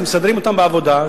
מסדרים אותם בעבודה,